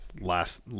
Last